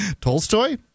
Tolstoy